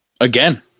Again